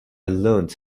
learned